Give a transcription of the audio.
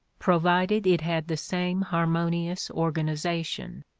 provided it had the same harmonious organization.